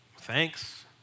thanks